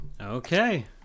Okay